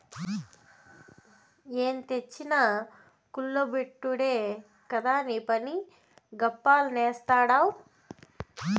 ఏం తెచ్చినా కుల్ల బెట్టుడే కదా నీపని, గప్పాలు నేస్తాడావ్